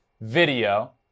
video